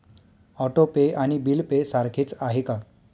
Auto pay आणि bill pay सारखेच आहे का?